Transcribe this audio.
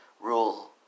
Rule